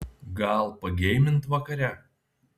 gal pageimint vakare